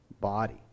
body